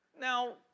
Now